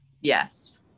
Yes